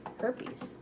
herpes